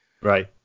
right